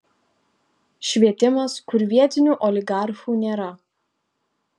švietimas kur vietinių oligarchų nėra